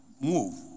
move